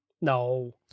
No